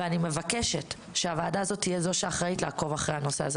אני מבקשת שהוועדה הזאת תהיה זו שאחראית לעקוב אחר הנושא הזה.